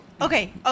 okay